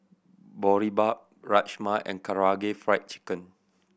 Boribap Rajma and Karaage Fried Chicken